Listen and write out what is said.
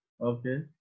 Okay